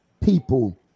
people